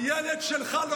הילד שלך לא